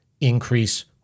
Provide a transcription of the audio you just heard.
increase